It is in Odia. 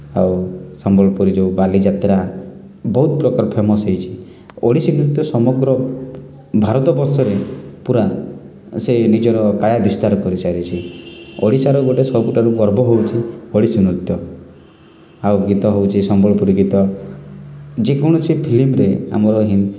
ଆଉ ସମ୍ବଲପୁରୀ ଯେଉଁ ବାଲିଯାତ୍ରା ବହୁତ ପ୍ରକାର ଫେମସ୍ ହୋଇଛି ଓଡ଼ିଶୀ ନୃତ୍ୟ ସମଗ୍ର ଭାରତ ବର୍ଷରେ ପୁରା ସେ ନିଜର କାୟା ବିସ୍ତାର କରିସାରିଛି ଓଡ଼ିଶାର ଗୋଟେ ସବୁଠାରୁ ଗର୍ବ ହେଉଛି ଓଡ଼ିଶୀ ନୃତ୍ୟ ଆଉ ଗୀତ ହେଉଛି ସମ୍ବଲପୁରୀ ଗୀତ ଯେକୌଣସି ଫିଲ୍ମରେ ଆମର